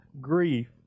grief